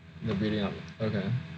the building up okay